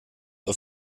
auf